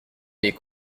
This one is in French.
mes